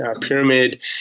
Pyramid